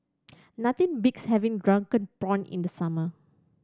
nothing beats having Drunken Prawns in the summer